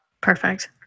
perfect